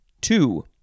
Two